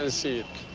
ah see it.